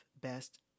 Best